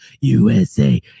usa